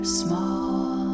small